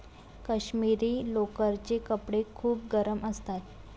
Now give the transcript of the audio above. काश्मिरी लोकरचे कपडे खूप गरम असतात